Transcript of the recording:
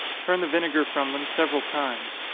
turn the vinegar from them several times.